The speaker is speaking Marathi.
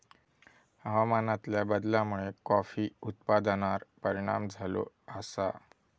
हवामानातल्या बदलामुळे कॉफी उत्पादनार परिणाम झालो आसा